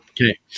Okay